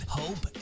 hope